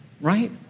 Right